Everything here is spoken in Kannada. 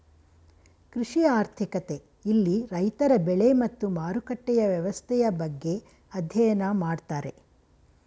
ಕೃಷಿ ಆರ್ಥಿಕತೆ ಇಲ್ಲಿ ರೈತರ ಬೆಳೆ ಮತ್ತು ಮಾರುಕಟ್ಟೆಯ ವ್ಯವಸ್ಥೆಯ ಬಗ್ಗೆ ಅಧ್ಯಯನ ಮಾಡ್ತಾರೆ